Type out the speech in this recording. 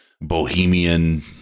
bohemian